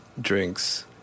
drinks